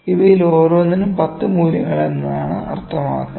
ഇവയിൽ ഓരോന്നിനും 10 മൂല്യങ്ങൾ എന്നാണ് അർത്ഥമാക്കുന്നത്